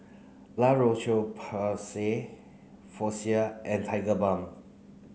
La Roche Porsay Floxia and Tigerbalm